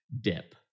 dip